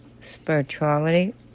Spirituality